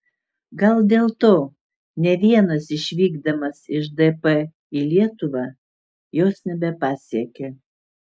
gal dėl to ne vienas išvykdamas iš dp į lietuvą jos nebepasiekė